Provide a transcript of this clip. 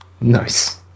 Nice